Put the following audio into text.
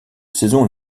saison